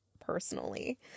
personally